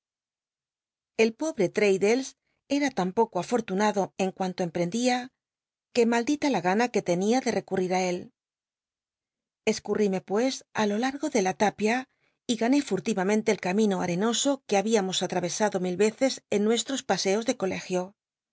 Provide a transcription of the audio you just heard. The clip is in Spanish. el pobre traddles era tan poco afortunado en cuanto em rendia que maldita la gana que tenia biblioteca nacional de recurrir á él escurl'ime pues ti lo largo de la tapia y gané fuitivamelite el camino arenoso que habíamos at itvesado mil eccs en nuestros paseos de colegio